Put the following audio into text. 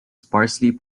sparsely